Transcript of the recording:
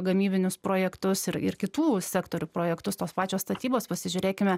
gamybinius projektus ir ir kitų sektorių projektus tos pačios statybos pasižiūrėkime